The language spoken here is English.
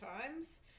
times